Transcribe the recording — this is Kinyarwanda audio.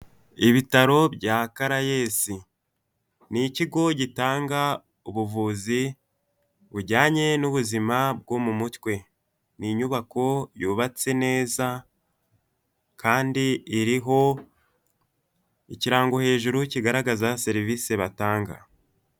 Ibitaro bya carayesi ni ikigo gitanga ubuvuzi bujyanye n'ubuzima bwo mu mutwe ni inyubako yubatse neza kandi iriho ikirango hejuru kigaragaza serivisi batanga.